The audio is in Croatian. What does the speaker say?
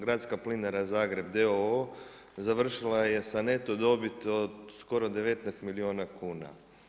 Gradska plinara Zagreb d.o.o, završila je sa neto dobit od skoro 19 milijuna kuna.